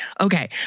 Okay